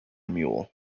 mule